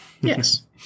Yes